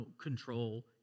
control